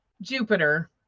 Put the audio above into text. Jupiter